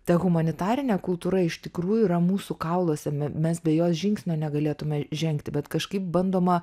ta humanitarinė kultūra iš tikrųjų yra mūsų kauluose me mes be jos žingsnio negalėtume žengti bet kažkaip bandoma